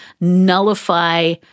nullify